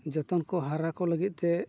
ᱡᱚᱛᱚᱱ ᱠᱚ ᱦᱟᱨᱟ ᱠᱚ ᱞᱟᱹᱜᱤᱫᱼᱛᱮ